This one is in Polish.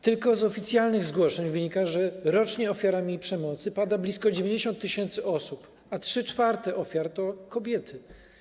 Tylko z oficjalnych zgłoszeń wynika, że rocznie ofiarami przemocy jest blisko 90 tys. osób, a 3/4 ofiar to kobiety.